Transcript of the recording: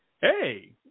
hey